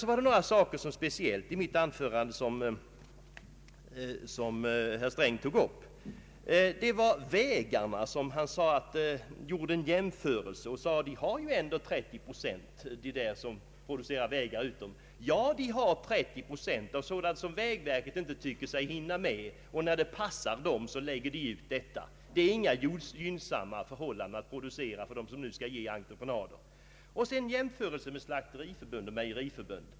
Det var några saker i mitt anförande som herr Sträng speciellt tog upp. Beträffande vägarna gjorde han en jämförelse och sade att de som producerar vägar utanför vägverket ändå har 30 procent. Ja, de har 30 procent av sådant som vägverket inte tycker sig hinna med och lägger ut när det passar verket. Det är inga gynnsamma förhållanden för dem som skall ta dessa arbeten på entreprenad. Herr Sträng gjorde också en jämförelse med Slakteriförbundet och Mejeriförbundet.